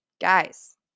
Guys